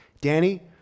Danny